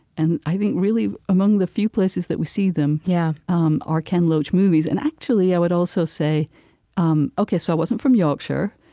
and i think, really, among the few places we see them yeah um are ken loach movies and actually, i would also say um ok, so i wasn't from yorkshire,